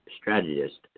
strategist